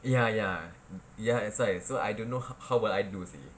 ya ya ya that's why so I don't know how how would I do seh